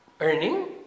Earning